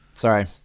sorry